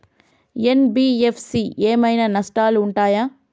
NBFC ఏమైనా నష్టాలు ఉంటయా?